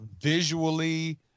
visually